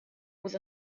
was